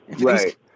right